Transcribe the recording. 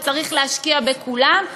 וצריך להשקיע בכולן.